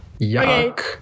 yuck